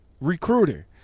recruiter